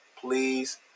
please